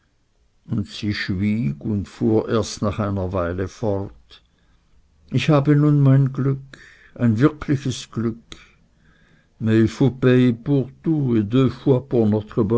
und sie schwieg und fuhr erst nach einer weile fort ich habe nun mein glück ein wirkliches glück